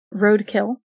roadkill